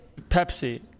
Pepsi